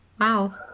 wow